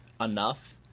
enough